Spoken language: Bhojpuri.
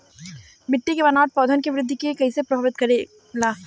मिट्टी के बनावट पौधन के वृद्धि के कइसे प्रभावित करे ले?